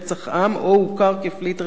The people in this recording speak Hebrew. רצח-עם או הוכר כפליט רצח-עם,